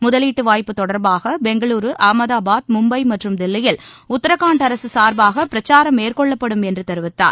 முதலீட்டு வாய்ப்பு தொடர்பாக பெங்களுரு அகமதாபாத் மும்பை மற்றும் தில்லியில் உத்தரகாண்ட் அரசு சார்பாக பிரச்சாரம் மேற்கொள்ளப்படும் என்று தெரிவித்தார்